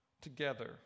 Together